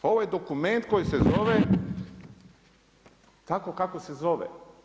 Ovo je dokument koji se zove tako kako se zove.